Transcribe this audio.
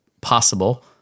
possible